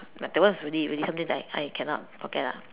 but that one is really really something that I I cannot forget lah